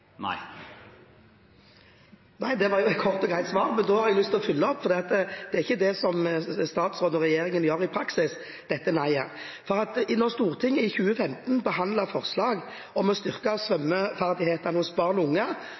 Nei. Ja, det var jo et kort og greit svar. Jeg vil gjerne følge opp, for det er ikke det statsråden og regjeringen følger i praksis, dette nei-et. Da Stortinget i 2015 behandlet forslag om å styrke svømmeferdighetene hos barn og unge,